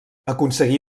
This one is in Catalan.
aconseguí